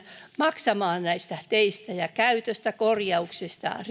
maksamaan näistä teistä käytöstä korjauksista ja